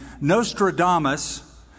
Nostradamus